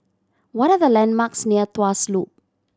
what are the landmarks near Tuas Loop